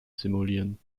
simulieren